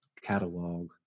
catalog